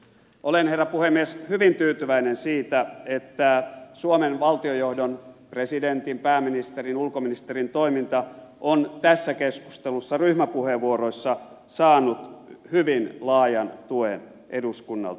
olen herra puhemies hyvin tyytyväinen siitä että suomen valtionjohdon presidentin pääministerin ulkoministerin toiminta on tässä keskustelussa ryhmäpuheenvuoroissa saanut hyvin laajan tuen eduskunnalta